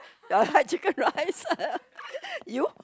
chicken rice you